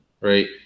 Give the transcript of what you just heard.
right